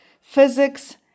Physics